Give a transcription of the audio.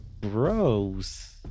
Gross